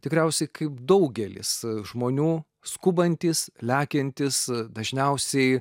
tikriausiai kaip daugelis žmonių skubantys lekiantys dažniausiai